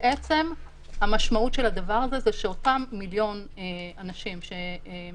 המשמעות היא שאותם למעלה ממיליון אנשים שהם